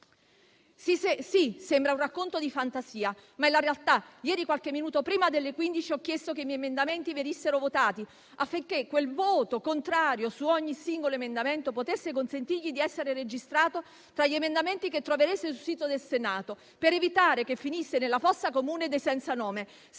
Sì, sembra un racconto di fantasia, ma è la realtà. Ieri, qualche minuto prima delle ore 15, ho chiesto che i miei emendamenti venissero votati, affinché ogni singolo voto contrario consentisse a ciascun emendamento di essere registrato tra quelli che troverete sul sito del Senato, per evitare che finisse nella fossa comune dei senza nome.